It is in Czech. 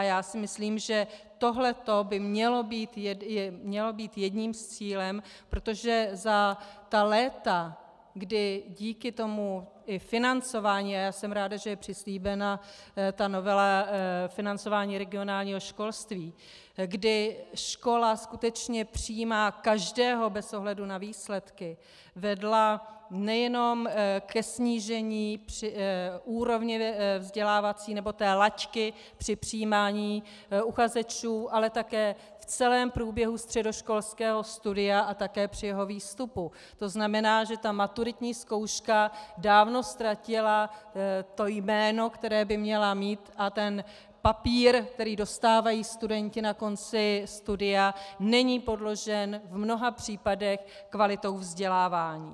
Já si myslím, že tohle by mělo být jedním z cílů, protože za ta léta, kdy díky i financování, a já jsem ráda, že je přislíbeno financování regionálního školství, kdy škola skutečně přijímá každého bez ohledu na výsledky, vedla nejenom ke snížení vzdělávací úrovně nebo té laťky při přijímání uchazečů, ale také v celém průběhu středoškolského studia a také při jeho výstupu, tzn. ta maturitní zkouška dávno ztratila to jméno, které by měla mít, a ten papír, který dostávají studenti na konci studia, není podložen v mnoha případech kvalitou vzdělávání.